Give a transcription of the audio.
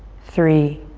three,